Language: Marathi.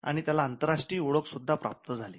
आणि त्याला आंतरराष्ट्रीय ओळख सुद्धा प्राप्त झाली